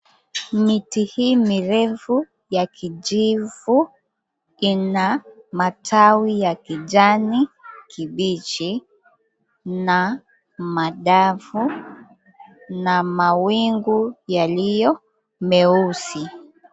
Miti hii mirefu ya kijivu ina matawi ya kijani kibichi na madafu na mawingu yaliyo meusi.